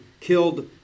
killed